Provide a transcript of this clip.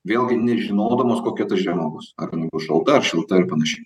vėlgi nežinodamos kokia ta žiema bus ar jinai bus šalta ar šilta ir panašiai